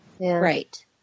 Right